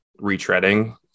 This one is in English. retreading